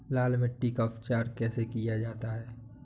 लाल मिट्टी का उपचार कैसे किया जाता है?